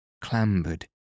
clambered